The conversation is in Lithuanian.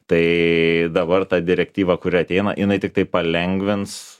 tai dabar ta direktyva kuri ateina jinai tiktai palengvins